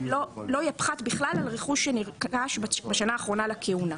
פחת בכלל על רכוש שנרכש בשנה האחרונה לכהונה.